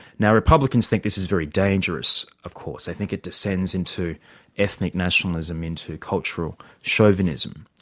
now republicans think this is very dangerous of course. they think it descends into ethnic nationalism into cultural chauvinism.